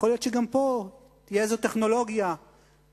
יכול להיות שגם פה תהיה איזו טכנולוגיה שתיתן